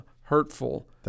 hurtful